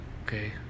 Okay